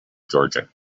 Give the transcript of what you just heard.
georgia